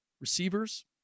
receivers